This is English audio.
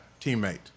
teammate